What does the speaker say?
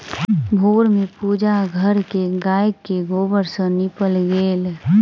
भोर में पूजा घर के गायक गोबर सॅ नीपल गेल